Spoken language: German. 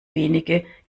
wenige